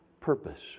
purpose